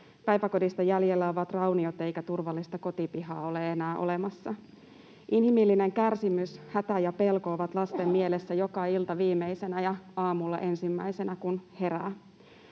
Päiväkodista jäljellä ovat rauniot, eikä turvallista kotipihaa ole enää olemassa. Inhimillinen kärsimys, hätä ja pelko ovat lasten mielessä joka ilta viimeisenä ja aamulla ensimmäisenä, kun herää.